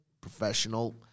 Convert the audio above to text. professional